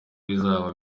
bizaba